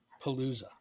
palooza